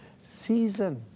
season